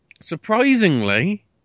surprisingly